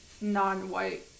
non-white